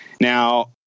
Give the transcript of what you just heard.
now